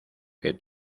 que